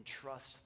trust